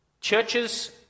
Churches